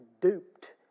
duped